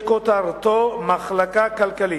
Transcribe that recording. שכותרתו: "מחלקה כלכלית".